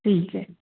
ठीक आहे